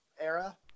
era